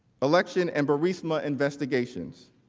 election and burisma investigations.